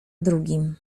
drugim